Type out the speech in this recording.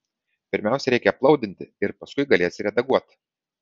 pirmiausiai reikia aplaudinti ir paskui galėsi redaguot